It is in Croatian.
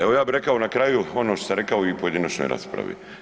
Evo ja bi rekao na kraju ono što sam rekao i u pojedinačnoj raspravi.